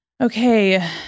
Okay